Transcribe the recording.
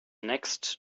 next